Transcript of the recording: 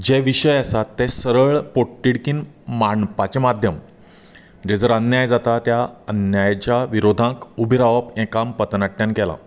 जे विशय आसात ते सरळ पोटतिडकीन मांडपाचें माध्यम जर अन्याय जाता त्या अन्यायाच्या विरोधांक उबे रावप हें काम पतनाट्यान केलां